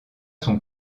son